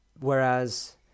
Whereas